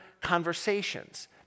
conversations